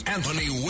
Anthony